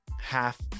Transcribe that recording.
half